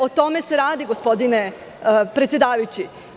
O tome se radi, gospodine predsedavajući.